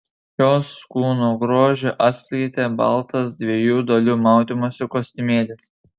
jos kūno grožį atskleidė baltas dviejų dalių maudymosi kostiumėlis